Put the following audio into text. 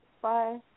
Bye